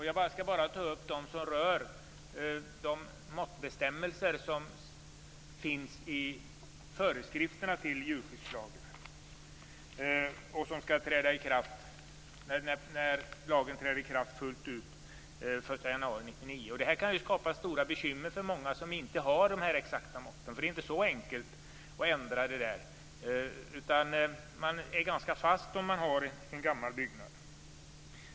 Jag skall bara ta upp dem som rör måttbestämmelserna i föreskrifterna till djurskyddslagen, vilka skall träda i kraft när lagen träder i kraft fullt ut den 1 januari 1999. Det här kan skapa stora bekymmer för många som inte har de exakta måtten. Det är inte så enkelt att ändra sådant, utan man är ganska fast om man har en gammal byggnad.